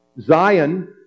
Zion